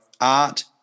art